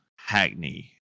Hackney